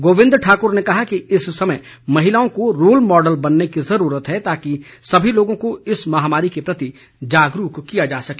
गोविंद ठाकुर ने कहा कि इस समय महिलाओं को रोल मॉडल बनने की जरूरत है ताकि सभी लोगों को इस महामारी के प्रति जागरूक किया जा सके